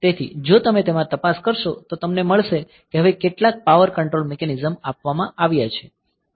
તેથી જો તમે તેમાં તપાસ કરશો તો તમને મળશે કે હવે કેટલીક પાવર કંટ્રોલ મિકેનિઝમ આપવામાં આવી છે